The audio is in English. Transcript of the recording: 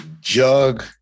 jug